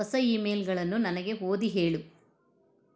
ಹೊಸ ಇ ಮೇಲ್ಗಳನ್ನು ನನಗೆ ಓದಿ ಹೇಳು